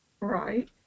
Right